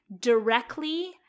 directly